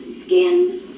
skin